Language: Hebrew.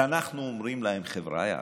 ואנחנו אומרים להם: חבריא,